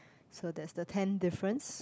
so that's the tenth difference